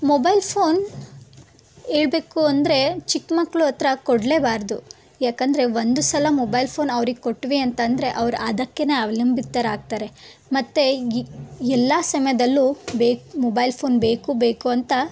mobile phone ಹೇಳ್ಬೇಕು ಅಂದರೆ ಚಿಕ್ಮಕ್ಳ ಹತ್ರ ಕೊಡಲೇಬಾರ್ದು ಯಾಕಂದರೆ ಒಂದು ಸಲ ಮೊಬೈಲ್ ಫೋನ್ ಅವ್ರಿಗೆ ಕೊಟ್ವಿ ಅಂತ ಅಂದರೆ ಅವ್ರು ಅದಕ್ಕೇ ಅವಲಂಬಿತರಾಗ್ತಾರೆ ಮತ್ತು ಎಲ್ಲ ಸಮಯದಲ್ಲೂ ಬೇಕು ಮೊಬೈಲ್ ಫೋನ್ ಬೇಕು ಬೇಕು ಅಂತ